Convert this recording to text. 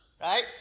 right